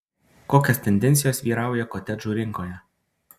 kokios tendencijos vyrauja kotedžų rinkoje